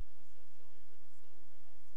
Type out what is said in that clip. שוב הרופאים הבכירים דואגים